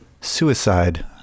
Suicide